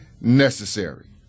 necessary